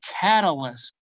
catalyst